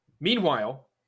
meanwhile